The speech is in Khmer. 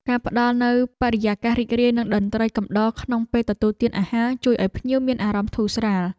ការផ្តល់នូវបរិយាកាសរីករាយនិងតន្ត្រីកំដរក្នុងពេលទទួលទានអាហារ ជួយឱ្យភ្ញៀវមានអារម្មណ៍ធូរស្រាល។